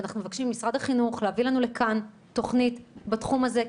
ואנחנו מבקשים ממשרד החינוך להביא לנו לכאן תוכנית בתחום הזה,